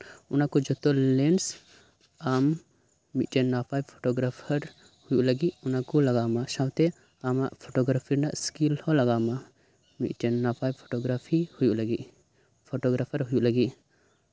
ᱚᱱᱟ ᱠᱚ ᱡᱷᱚᱛᱚ ᱞᱮᱱᱥ ᱟᱢ ᱢᱤᱫ ᱴᱮᱱ ᱱᱟᱯᱟᱭ ᱯᱷᱳᱴᱳᱜᱨᱟᱯᱷᱟᱨ ᱦᱳᱭᱳᱜ ᱞᱟᱹᱜᱤᱫ ᱚᱱᱟᱠᱚ ᱞᱟᱜᱟᱣ ᱟᱢᱟ ᱥᱟᱶᱛᱮ ᱟᱢᱟᱜ ᱯᱷᱳᱴᱳᱜᱨᱟᱯᱷᱤ ᱨᱮᱭᱟᱜ ᱥᱠᱤᱞ ᱦᱚᱸ ᱞᱟᱜᱟᱣ ᱟᱢᱟ ᱢᱤᱫ ᱴᱮᱱ ᱱᱟᱯᱟᱭ ᱯᱷᱳᱴᱳᱜᱨᱟᱯᱷᱤ ᱯᱷᱳᱴᱳᱜᱨᱟᱯᱷᱟᱨ ᱦᱳᱭᱳᱜ ᱞᱟᱹᱜᱤᱫ